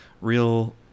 real